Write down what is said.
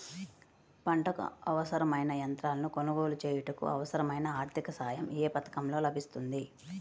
పంటకు అవసరమైన యంత్రాలను కొనగోలు చేయుటకు, అవసరమైన ఆర్థిక సాయం యే పథకంలో లభిస్తుంది?